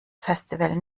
festival